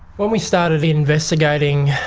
when we started investigating